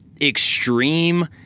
extreme